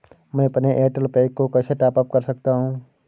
मैं अपने Airtel pack को कैसे टॉप अप कर सकता हूँ?